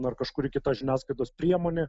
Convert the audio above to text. dar kažkuri kita žiniasklaidos priemonė